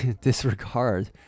disregard